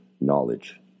knowledge